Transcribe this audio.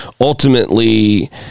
ultimately